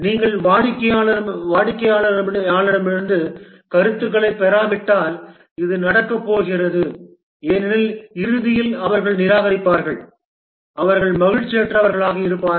நீங்கள் வாடிக்கையாளரிடமிருந்து கருத்துக்களைப் பெறாவிட்டால் இது நடக்கப் போகிறது ஏனெனில் இறுதியில் அவர்கள் நிராகரிப்பார்கள் அவர்கள் மகிழ்ச்சியற்றவர்களாக இருப்பார்கள்